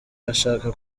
ashaka